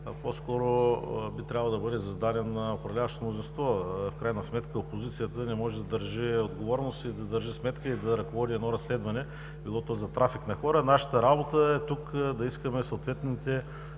по-скоро би трябвало да бъде зададен на управляващото мнозинство. В крайна сметка опозицията не може да държи отговорност, да държи сметка и да ръководи едно разследване, било то и за трафик на хора. Нашата работа е тук да искаме съответните